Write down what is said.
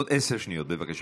עוד עשר שניות, בבקשה.